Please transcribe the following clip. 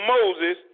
Moses